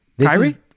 Kyrie